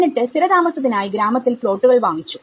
എന്നിട്ട് സ്ഥിരതാമസത്തിനായി ഗ്രാമത്തിൽ പ്ലോട്ടുകൾ വാങ്ങിച്ചു